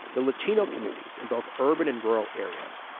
the latino communities in both urban and rural areas.